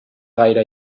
gaire